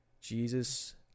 Jesus